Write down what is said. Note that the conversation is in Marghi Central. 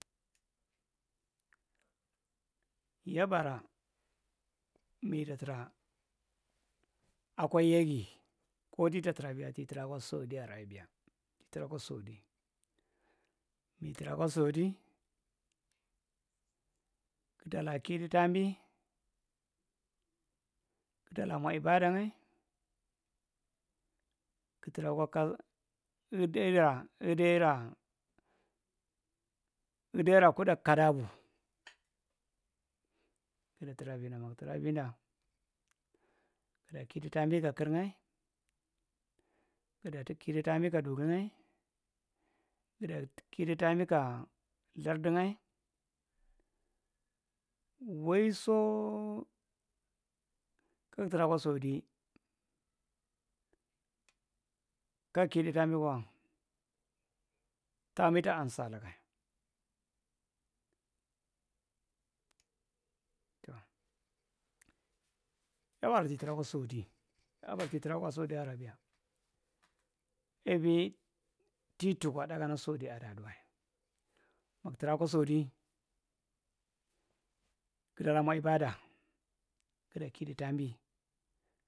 Yabaara mitatara akwa yagi ko titaatra abiya kitra akwa sauɗiya ra abiya kitra akwa saudi, mitra kwa saudi gutala kidu tambi, guɗala mwa ibaɗa ngya gutara kwa iddera iddera iddera kuda kidu tambi kakir ngyae, gida kidu tambkaduringyaa, gida kidu tambi ka larɗu ngta a waisooo kugtra kwa saudi kug kidu tambi kwa tambi tanhsulaga. Tau yabaraki tara kwa saudi yaɓara ki trakwa saudiya rabiya evi tituka dakana saudiyan aɗaɗuwa muktara kuwa saudi giɗara mwa ibaɗa gida kidu tambi.